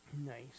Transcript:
Nice